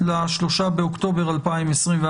ב-3 באוקטובר 2021,